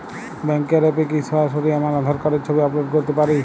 ব্যাংকের অ্যাপ এ কি সরাসরি আমার আঁধার কার্ডের ছবি আপলোড করতে পারি?